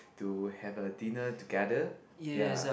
to have a dinner together ya